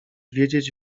wiedzieć